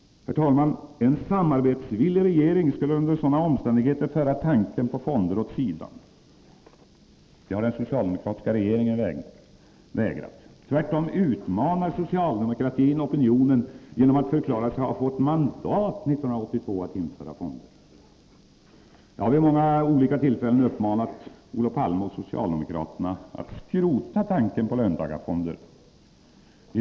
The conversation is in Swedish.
Herr talman! En samarbetsvillig regering skulle under sådana omständigheter föra tanken på fonder åt sidan. Det har den socialdemokratiska regeringen vägrat. Tvärtom utmanar socialdemokratin opinionen genom att förklara sig ha fått mandat 1982 att införa fonder. Jag har vid många tillfällen uppmanat Olof Palme och socialdemokraterna att skrota tanken på löntagarfonder.